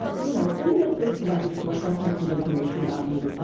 ah you know, internet service providers collect all types of information about you.